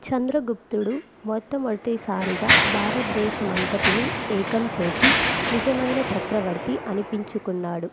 చంద్రగుప్తుడు మొట్ట మొదటి సారిగా భారతదేశమంతటిని ఏకం చేసి నిజమైన చక్రవర్తి అనిపించుకున్నాడు